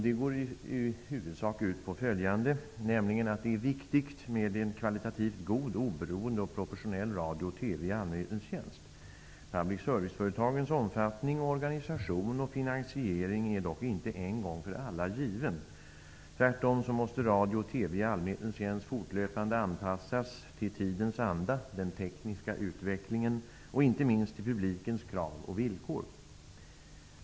Det går i huvudsak ut på följande: Det är viktigt med en kvalitativt god, oberoende och proportionell radio och TV i allmänhetens tjänst. Public service-företagens omfattning, organisation och finansiering är dock inte en gång för alla given. Tvärtom måste radio och TV i allmänhetens tjänst fortlöpande anpassas till tidens anda, till den tekniska utvecklingen och inte minst till publikens krav och villkor.